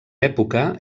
època